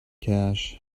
cash